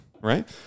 right